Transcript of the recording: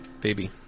baby